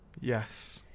yes